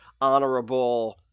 honorable